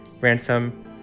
ransom